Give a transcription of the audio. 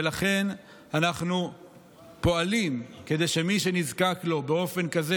ולכן אנחנו פועלים כדי שמי שנזקק לו באופן כזה